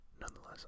Nonetheless